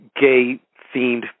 gay-themed